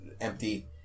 empty